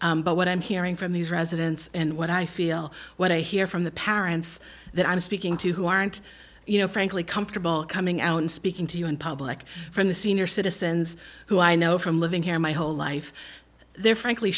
but what i'm hearing from these residents and what i feel what i hear from the parents that i'm speaking to who aren't you know frankly comfortable coming out and speaking to you in public from the senior citizens who i know from living here my whole life they're frankly